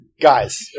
guys